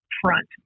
front